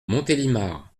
montélimar